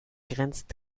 grenzt